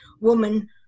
woman